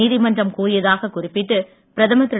நீதிமன்றம் கூறியதாக குறிப்பிட்டு பிரதமர் திரு